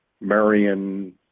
Marion